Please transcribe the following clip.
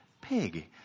pig